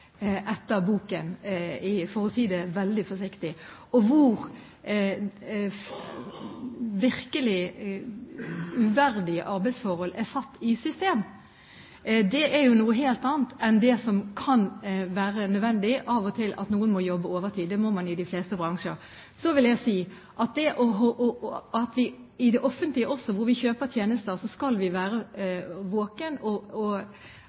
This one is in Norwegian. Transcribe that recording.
boken, for å si det veldig forsiktig, og hvor virkelig uverdige arbeidsforhold er satt i system. Det er jo noe helt annet enn det som kan være nødvendig av og til, at noen må jobbe overtid. Det må man i de fleste bransjer. Så vil jeg si at vi i det offentlige også, når vi kjøper tjenester, skal være våkne og bruke både arbeidstilsyn og